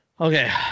Okay